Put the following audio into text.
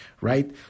right